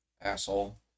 Asshole